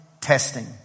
testing